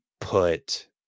put